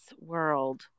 world